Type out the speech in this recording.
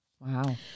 wow